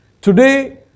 Today